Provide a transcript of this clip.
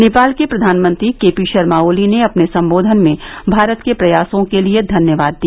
नेपाल के प्रधानमंत्री K P Sharma Oli ने अपने सम्बोधन में भारत के प्रयासों के लिए धन्यवाद दिया